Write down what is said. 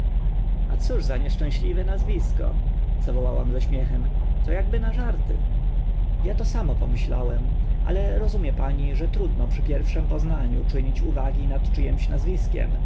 cóż za nieszczęśliwe nazwisko zawołałam ze śmiechem to akby na żarty ja to samo pomyślałem ale rozumie pani że trudno przy pierwszym poznaniu czynić uwagi nad czyim nazwiskiem